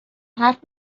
حرف